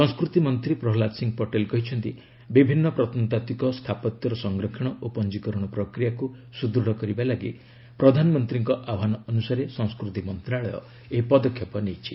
ସଂସ୍କୃତି ମନ୍ତ୍ରୀ ପ୍ରହ୍ଲାଦ ସିଂ ପଟେଲ କହିଛନ୍ତି ବିଭିନ୍ନ ପ୍ରତ୍ନତାତ୍ତ୍ୱିକ ସ୍ଥାପତ୍ୟର ସଂରକ୍ଷଣ ଓ ପଞ୍ଜିକରଣ ପ୍ରକ୍ରିୟାକୁ ସୁଦୃଢ଼ କରିବା ପାଇଁ ପ୍ରଧାନମନ୍ତ୍ରୀଙ୍କ ଆହ୍ପାନ ଅନୁସାରେ ସଂସ୍କୃତି ମନ୍ତ୍ରଣାଳୟ ଏହି ପଦକ୍ଷେପ ନେଇଛି